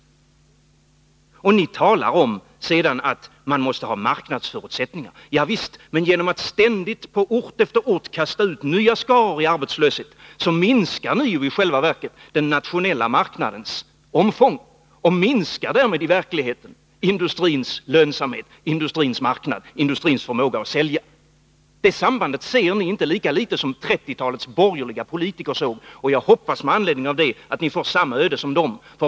Ni talar om att man måste ha marknadsförutsättningar. Javisst, men genom att ständigt på ort efter ort kasta ut nya skaror i arbetslöshet, så minskar ni i själva verket den nationella marknadens omfång och minskar därmed i verkligheten industrins lönsamhet, dess marknad och dess förmåga att sälja. Det sambandet ser ni inte, lika litet som 1930-talets borgerliga politiker gjorde det. Jag hoppas med anledning av det att ni får samma öde som de.